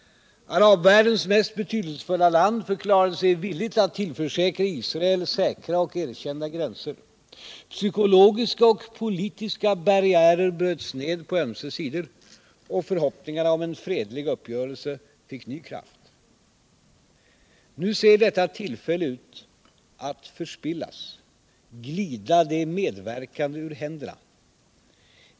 Arabvärldens mest betydelsefulla land förklarade sig villigt att tillförsäkra Israel säkra och erkända gränser. Psykologiska och politiska barriärer bröts ned på ömse sidor och förhoppningarna om en fredlig uppgörelse fick ny kraft. Nu ser detta tillfälle ut att förspillas, glida de medverkande ur händerna.